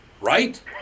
Right